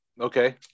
Okay